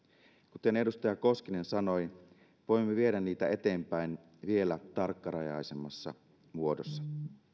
kuten edustaja koskinen sanoi voimme viedä niitä eteenpäin vielä tarkkarajaisemmassa muodossa